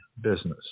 business